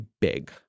big